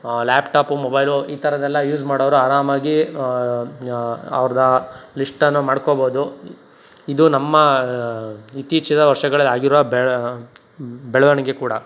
laptop mobile ಈ ಥರದೆಲ್ಲ use ಮಾಡೋವ್ರು ಆರಾಮಾಗಿ ಅವ್ರದ್ದ ಲಿಶ್ಟನ್ನು ಮಾಡ್ಕೊಬೋದು ಇದು ನಮ್ಮ ಇತ್ತೀಚಿನ ವರ್ಷಗಳಲ್ಲಾಗಿರುವ ಬೆಳ ಬೆಳವಣಿಗೆ ಕೂಡ